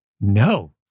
No